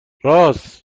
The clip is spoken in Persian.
رآس